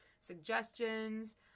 suggestions